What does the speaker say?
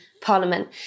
Parliament